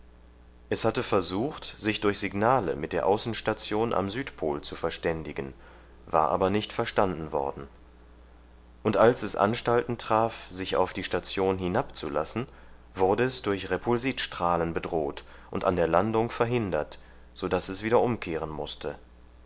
es hatte versucht sich durch signale mit der außenstation am südpol zu verständigen war aber nicht verstanden worden und als es anstalten traf sich auf die station hinabzulassen wurde es durch repulsitstrahlen bedroht und an der landung verhindert so daß es wieder umkehren mußte